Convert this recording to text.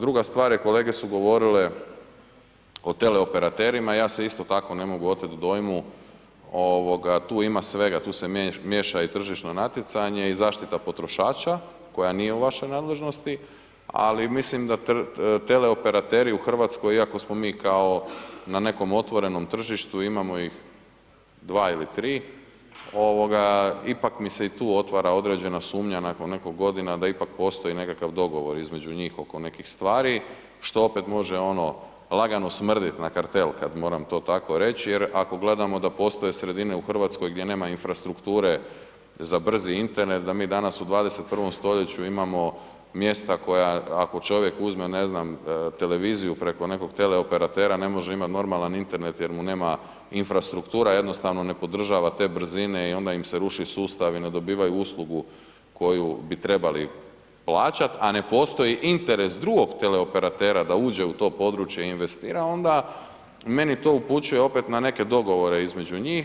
Druga stvar je kolege su govorile o teleoperaterima, ja se isto tako ne mogu oteti dojmu, tu ima svega, tu se miješa i tržišno natjecanje i zaštita potrošača koja nije u vašoj nadležnosti, ali mislim da teleoperateri u Hrvatskoj iako smo mi kao na nekom otvorenom tržištu, imamo ih 2 ili 3, ipak mi se i tu otvara određena sumnja nakon … godina da ipak postoji nekakav dogovor između njih oko nekih stvari, što opet može ono lagano smrdi na kartel kada moram to tako reći, jer ako gledamo da postoje sredine u Hrvatskoj gdje nema infrastrukture za brzi internet, da mi danas u 21. stoljeću imamo mjesta koja ako čovjek uzme ne znam televiziju preko nekog teleoperatera ne može imati normalni internet jer mu nema infrastruktura jednostavno ne podržava te brzine i onda im se ruši sustav i ne dobivaju uslugu koju bi trebali plaćati, a ne postoji interes drugog teleopratera da uđe u to područje i investira, onda meni to upućuje opet na neke dogovore između njih.